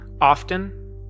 often